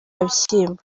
bishyimbo